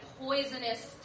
poisonous